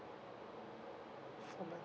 four months